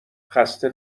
خسته